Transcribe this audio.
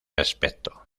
aspecto